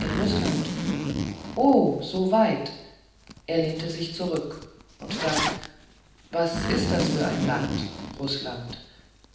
in rußland oh so weit er lehnte sich zurück und dann was ist das für ein land rußland